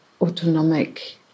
autonomic